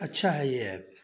अच्छा है यह एप